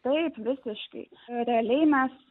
taip visiškai realiai mes